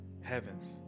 heavens